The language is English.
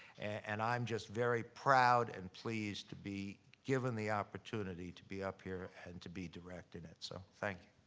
and i'm just very proud and pleased to be given the opportunity to be up here and to be directing it. so thank